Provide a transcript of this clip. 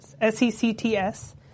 S-E-C-T-S